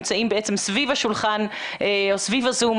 צ'יל נמצאים איתנו, רעות או ערן דרוקמן?